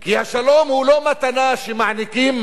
כי השלום הוא לא מתנה שמעניקים